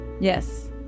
Yes